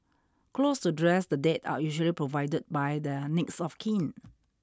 clothes to dress the dead are usually provided by their next of kin